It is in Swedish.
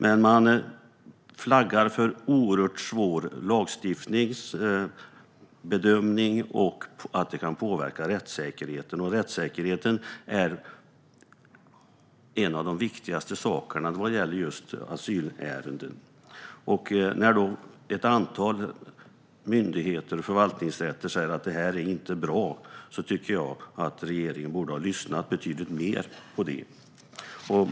Men man flaggar för oerhört svår lagstiftningsbedömning och att det här kan påverka rättssäkerheten, och rättssäkerheten är en av de viktigaste sakerna vad gäller just asylärenden. Ett antal myndigheter och förvaltningsrätter säger att det här inte är bra, och det tycker jag att regeringen borde ha lyssnat betydligt mer på.